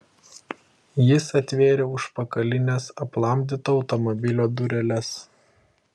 jis atvėrė užpakalines aplamdyto automobilio dureles